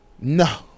No